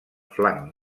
flanc